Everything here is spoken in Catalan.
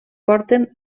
porten